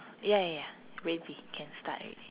ya ya ya ready can start already